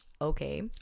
okay